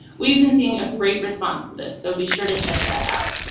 we've been seeing a great response to this, so be sure to check that out.